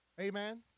Amen